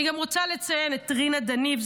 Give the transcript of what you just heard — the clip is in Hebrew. אני גם רוצה לציין את רינה דניב,